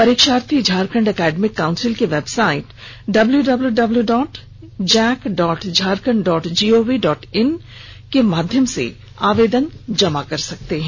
परीक्षार्थी Jharkhand academic council की website W W W dot J A C dot Jharkhand dot gov dot in के माध्यम से आवेदन जमा कर सकते हैं